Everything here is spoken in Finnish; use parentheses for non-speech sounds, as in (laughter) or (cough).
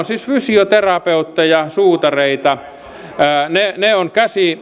(unintelligible) siis fysioterapeutteja suutareita he ovat